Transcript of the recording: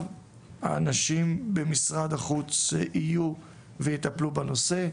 האנשים במשרד החוץ יהיו ויטפלו בנושא,